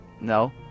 No